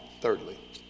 Thirdly